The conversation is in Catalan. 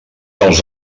els